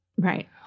Right